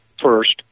first